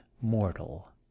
mortal